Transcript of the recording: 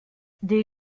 des